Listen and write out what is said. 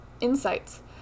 insights